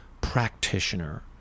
practitioner